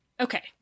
Okay